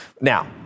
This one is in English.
Now